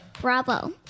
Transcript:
Bravo